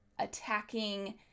attacking